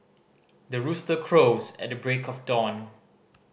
the rooster crows at the break of dawn